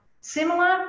similar